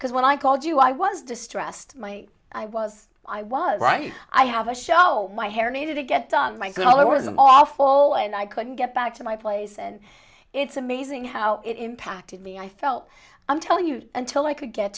because when i called you i was distressed my i was i was right i have a show my hair needed to get done my color was awful and i couldn't get back to my place and it's amazing how it impacted me i felt i'm telling you until i could get